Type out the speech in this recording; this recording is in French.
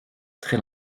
très